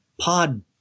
pod